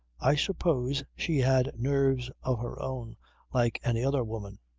i suppose she had nerves of her own like any other woman.